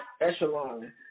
echelon